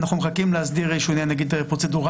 אנחנו מחכים להסדיר איזשהו עניין פרוצדורלי.